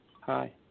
Hi